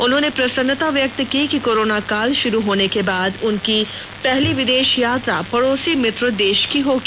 उन्होंने प्रसन्नता व्यक्त की कि कोरोना काल शुरू होने के बाद उनकी पहली विदेश यात्रा पड़ोसी मित्र देश की होगी